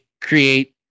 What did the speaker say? create